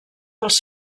pels